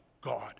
god